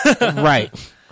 Right